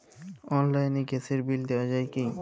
অনলাইনে গ্যাসের বিল দেওয়া যায় কি?